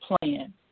plan